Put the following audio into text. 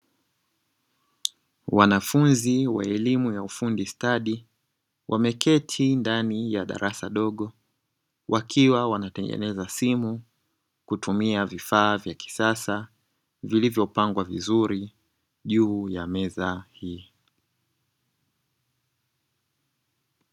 Wanafunzi wa elimu ya ufundi stadi, wameketi ndani ya darasa dogo; wakiwa wanatengeneza simu kutumia vifaa vya kisasa vilivopangwa vizuri juu ya meza hii.